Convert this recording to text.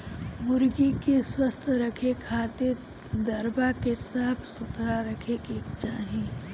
मुर्गी के स्वस्थ रखे खातिर दरबा के साफ सुथरा रखे के चाही